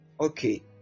Okay